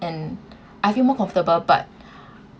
and I feel more comfortable but